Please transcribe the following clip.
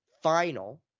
final